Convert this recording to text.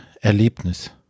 Erlebnis